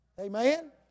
Amen